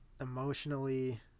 emotionally